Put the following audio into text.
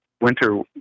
winter